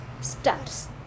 stars